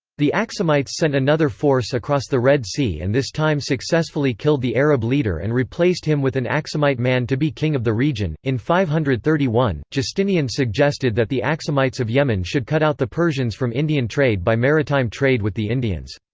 the axumites sent another force across the red sea and this time successfully killed the arab leader and replaced him with an axumite man to be king of the region in five hundred and thirty one, justinian suggested that the axumites of yemen should cut out the persians from indian trade by maritime trade with the indians.